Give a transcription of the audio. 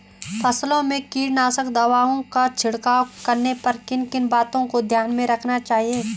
फसलों में कीटनाशक दवाओं का छिड़काव करने पर किन किन बातों को ध्यान में रखना चाहिए?